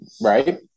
Right